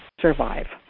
survive